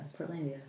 Portlandia